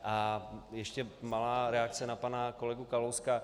A ještě malá reakce na pana kolegu Kalouska.